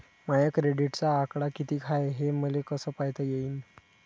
माया क्रेडिटचा आकडा कितीक हाय हे मले कस पायता येईन?